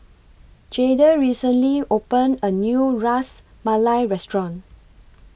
Jayde recently opened A New Ras Malai Restaurant